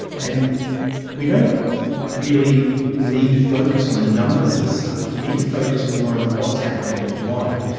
and we don't really need to focus on the numbers as such, we need to focus more on what's happening and why.